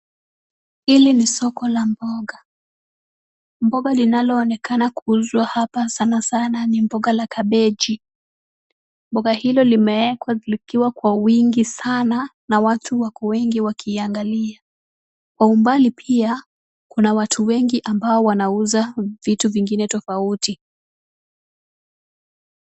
Hili ni soko la mboga. Mboga linaloonekana kuuzwa hapa sana sana ni mboga la kabeji. Mboga hilo limewekwa likiwa kwa wingi sana na watu wako wengi wakiiangalia. Kwa umbali pia kuna watu wengi ambao wanauza vitu vingine tofauti.